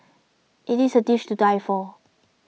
it is a dish to die for